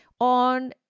on